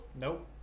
Nope